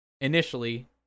initially